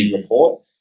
report